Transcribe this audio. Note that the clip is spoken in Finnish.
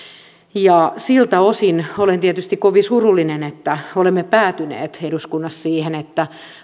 siltä osin olen tietysti kovin surullinen että olemme päätyneet eduskunnassa siihen että